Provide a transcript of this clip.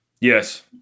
yes